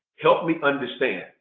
help me understand.